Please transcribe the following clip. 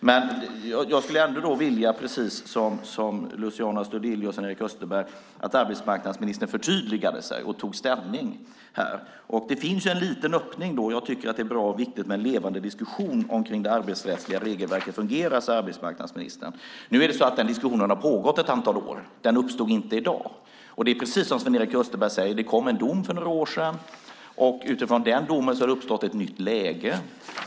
Men jag skulle ändå vilja, precis som Luciano Astudillo och Sven-Erik Österberg, att arbetsmarknadsministern förtydligade sig och tog ställning i frågan. Det finns en liten öppning. Jag tycker att det är bra och viktigt med en levande diskussion kring hur det arbetsrättsliga regelverket fungerar, sade arbetsmarknadsministern. Nu är det så att den diskussionen har pågått ett antal år. Den uppstod inte i dag. Och precis som Sven-Erik Österberg säger kom det en dom för några år sedan, och utifrån den har det uppstått ett nytt läge.